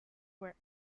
were